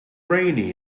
rainy